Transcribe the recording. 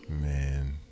Man